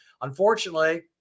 unfortunately